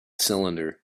cylinder